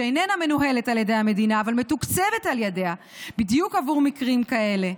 שאיננה מנוהלת על ידי המדינה אבל מתוקצבת על ידה בדיוק עבור מקרים כאלה.